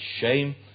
shame